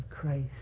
Christ